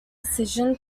decision